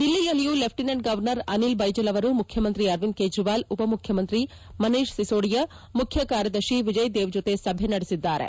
ದಿಲ್ಲಿಯಲ್ಲಿಯೂ lieutenant governor Anil Baijal ಅವರು ಮುಖ್ಚಮಂತ್ರಿ ಅರವಿಂದ್ ಕೇಜ್ರಿವಾಲ್ ಉಪ ಮುಖ್ಯಮಂತ್ರಿ ಮನೀಶ್ ಸಿಸೋಡಿಯಾ ಮುಖ್ಯ ಕಾರ್ನದರ್ಶಿ ವಿಜಯ್ ದೇವ್ ಜತೆ ಸಭೆ ನಡೆಸಿದ್ದಾರೆ